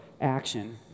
action